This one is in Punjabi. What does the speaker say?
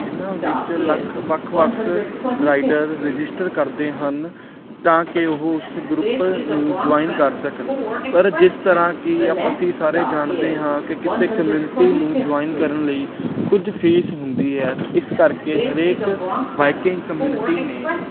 ਜਿਹਨਾਂ ਵਿੱਚੋਂ ਵੱਖ ਵੱਖ ਵੱਖ ਰਾਈਡਰ ਰਜਿਸਟਰ ਕਰਦੇ ਹਨ ਤਾਂ ਕਿ ਉਹ ਉਸ ਗਰੁੱਪ ਨੂੰ ਜੁਆਇਨ ਕਰ ਸਕਣ ਪਰ ਜਿਸ ਤਰ੍ਹਾਂ ਕਿ ਆਪਾਂ ਅਸੀਂ ਸਾਰੇ ਜਾਣਦੇ ਹਾਂ ਕਿ ਇਸ ਕਮਿਊਨਿਟੀ ਨੂੰ ਜੁਆਇੰਨ ਕਰਨ ਲਈ ਕੁਝ ਫੀਸ ਹੁੰਦੀ ਹੈ ਤਾਂ ਇਸ ਕਰਕੇ ਹਰੇਕ ਬਾਈਕਿੰਗ ਕਮਿਊਨਟੀ ਨੇ